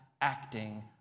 acting